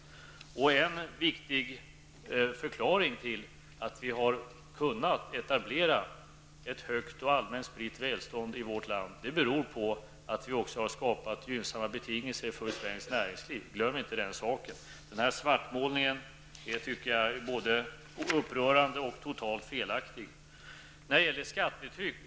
En viktig förklaring till att vi har kunnat etablera ett högt och allmänt spritt välstånd i vårt land är att vi också har skapat gynnsamma betingelser för svenskt näringsliv. Glöm inte den saken. Jag anser att denna svartmålning är både upprörande och totalt felaktig.